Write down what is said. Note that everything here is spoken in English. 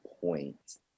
points